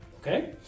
okay